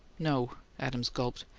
no, adams gulped.